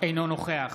אינו נוכח